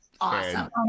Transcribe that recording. Awesome